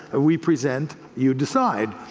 ah we present, you decide.